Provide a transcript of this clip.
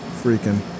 freaking